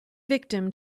victim